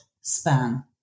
span